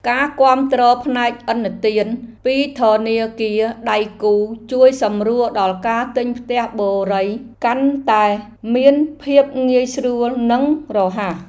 ការគាំទ្រផ្នែកឥណទានពីធនាគារដៃគូជួយសម្រួលដល់ការទិញផ្ទះបុរីកាន់តែមានភាពងាយស្រួលនិងរហ័ស។